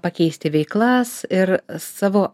pakeisti veiklas ir savo